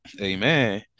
amen